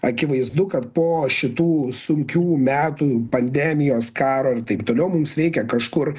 akivaizdu kad po šitų sunkių metų pandemijos karo ir taip toliau mums reikia kažkur